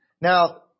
Now